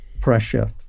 pressure